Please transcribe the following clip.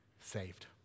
saved